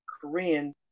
Korean